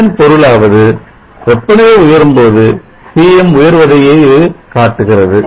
இதன் பொருளாவது வெப்பநிலை உயரும் பொழுது Pm குறைவதை இது காட்டுகிறது